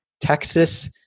Texas